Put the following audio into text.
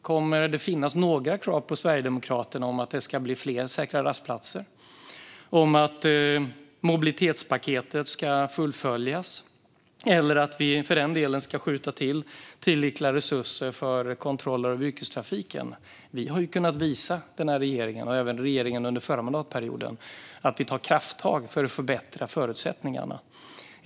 Kommer det att finnas några krav från Sverigedemokraterna om att det ska blir fler säkra rastplatser, att mobilitetspaketet ska fullföljas eller för den delen att det ska skjutas till ytterligare resurser för kontroller av yrkestrafiken? Denna regering, och även regeringen under förra mandatperioden, har kunnat visa att vi tar krafttag för att förbättra förutsättningarna.